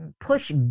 push